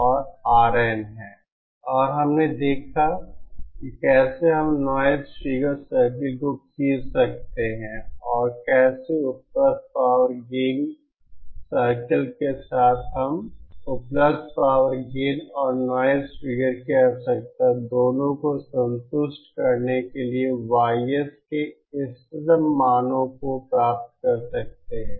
और हमने देखा कि कैसे हम इन नॉइज़ फिगर सर्कल को खींच सकते हैं और कैसे उपलब्ध पावर गेन सर्कल के साथ हम उपलब्ध पावर गेन और नॉइज़ फिगर की आवश्यकता दोनों को संतुष्ट करने के लिए ys के इष्टतम मानो को प्राप्त कर सकते हैं